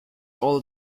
all